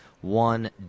one